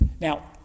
Now